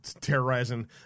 terrorizing